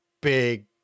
big